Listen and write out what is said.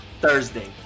Thursday